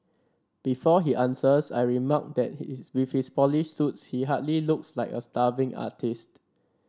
before he answers I remark that with his polished suits he hardly looks like a starving artist